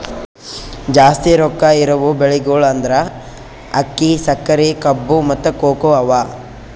ಜಾಸ್ತಿ ರೊಕ್ಕಾ ಇರವು ಬೆಳಿಗೊಳ್ ಅಂದುರ್ ಅಕ್ಕಿ, ಸಕರಿ, ಕಬ್ಬು, ಮತ್ತ ಕೋಕೋ ಅವಾ